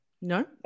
no